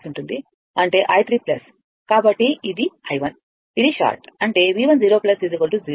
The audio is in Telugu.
కాబట్టి ఇది i 1 ఇది షార్ట్ అంటే V1 0 0